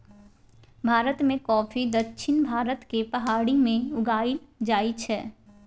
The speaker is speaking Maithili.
भारत मे कॉफी दक्षिण भारतक पहाड़ी मे उगाएल जाइ छै